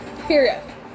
Period